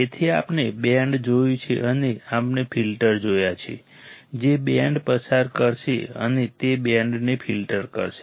તેથી આપણે બેન્ડ જોયું છે અને આપણે ફિલ્ટર્સ જોયા છે જે બેન્ડ પસાર કરશે અને તે બેન્ડને ફિલ્ટર કરશે